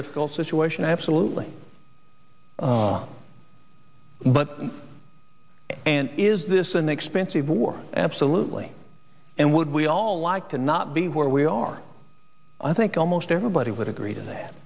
difficult situation absolutely but and is this an expensive war absolutely and would we all like to not be where we are i think almost everybody would agree to that